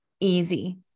easy